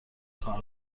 کار